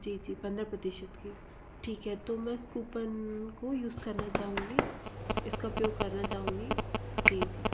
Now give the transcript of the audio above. जी जी पंद्रह प्रतिशत की ठीक है तो मैं उस कूपन को यूज करना चाहूंगी इसका उपयोग करना चाहूंगी जी